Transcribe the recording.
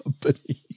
company